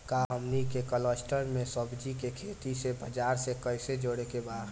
का हमनी के कलस्टर में सब्जी के खेती से बाजार से कैसे जोड़ें के बा?